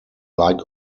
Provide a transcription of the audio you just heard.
like